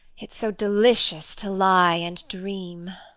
it's so delicious to lie and dream.